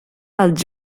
els